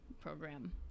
program